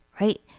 right